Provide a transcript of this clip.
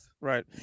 Right